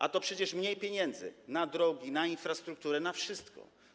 A to przecież mniej pieniędzy na drogi, na infrastrukturę, na wszystko.